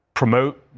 promote